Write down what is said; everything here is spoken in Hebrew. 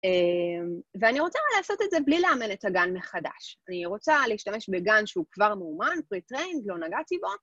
ואני רוצה לעשות את זה בלי לאמן את הגן מחדש. אני רוצה להשתמש בגן שהוא כבר מומן, פרי-טריין, לא נגעתי בו.